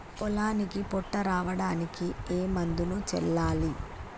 పొలానికి పొట్ట రావడానికి ఏ మందును చల్లాలి?